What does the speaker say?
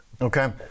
okay